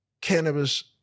cannabis